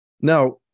now